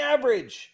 Average